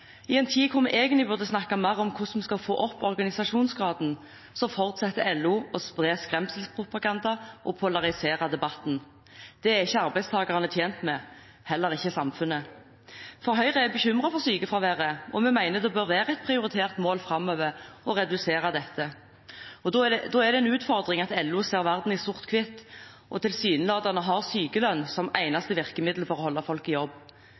I en tid da vi egentlig burde snakke mer om hvordan vi skal få opp organisasjonsgraden, fortsetter LO å spre skremselspropaganda og polarisere debatten. Det er ikke arbeidstakerne tjent med, heller ikke samfunnet. Høyre er bekymret for sykefraværet, og vi mener det bør være et prioritert mål framover å redusere dette. Da er det en utfordring at LO ser verden i sort-hvitt, og at de tilsynelatende har sykelønn som eneste virkemiddel for å holde folk i jobb.